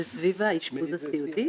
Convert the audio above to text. זה סביב האשפוז הסיעודי?